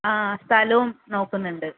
ആ സ്ഥലവും നോക്കുന്നുണ്ട്